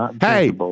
hey